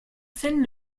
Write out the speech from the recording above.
scène